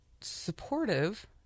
supportive